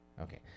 Okay